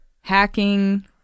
hacking